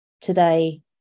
today